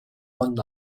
one